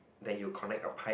then you connect a pipe